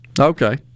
Okay